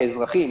כאזרחים,